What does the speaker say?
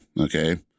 okay